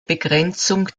begrenzung